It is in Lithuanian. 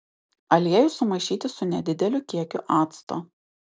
aliejų sumaišyti su nedideliu kiekiu acto